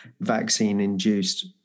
vaccine-induced